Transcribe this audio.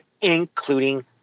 including